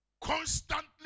Constantly